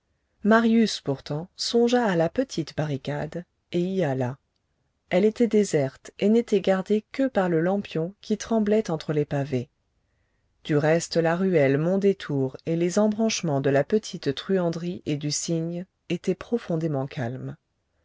marius pourtant songea à la petite barricade et y alla elle était déserte et n'était gardée que par le lampion qui tremblait entre les pavés du reste la ruelle mondétour et les embranchements de la petite truanderie et du cygne étaient profondément calmes